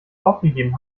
aufgegeben